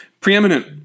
preeminent